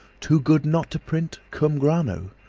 too good not to print cum grano!